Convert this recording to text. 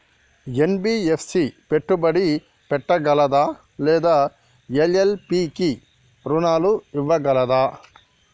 NBFC పెట్టుబడి పెట్టగలదా లేదా ఎల్.ఎల్.పి కి రుణాలు ఇవ్వగలదా?